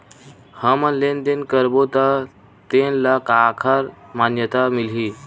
हमन लेन देन करबो त तेन ल काखर मान्यता मिलही?